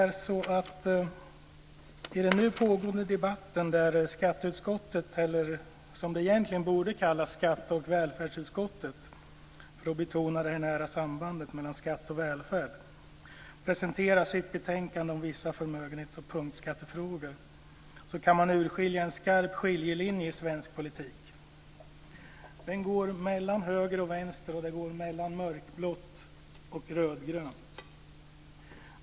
I den nu pågående debatten där skatteutskottet - det borde kanske egentligen kallas skatte och välfärdsutskottet för att betona det nära sambandet mellan skatt och välfärd - presenterar sitt betänkande om vissa förmögenhets och punktskattefrågor kan man utskilja en skarp skiljelinje i svensk politik. Den går mellan höger och vänster, mellan mörkblått och rödgrönt.